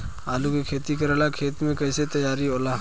आलू के खेती करेला खेत के कैसे तैयारी होला?